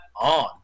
on